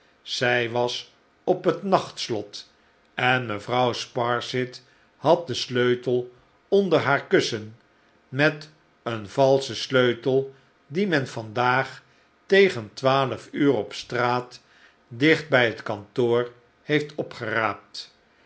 zij was op het nachtslot en mevrouw sparsit had den sleutel onder haar kussen met een valschen sleutel dien men vandaag tegen twaalf uur op straat dicht bij het kantoor heeft opgeraapt